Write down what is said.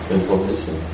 information